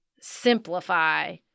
simplify